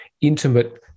intimate